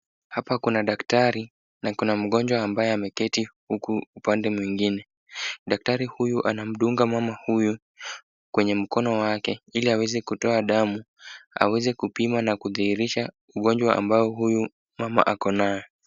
Hapa kuna daktari na kuna mgonjwa ambaye ameketi huku upande mwingine, daktari huyu anamudunga mama huyu. kwenye mkono wake ili aweze kutoa damu aweze kupima na kudhihirisha ugonjwa ambao Mama huyu ako nayo.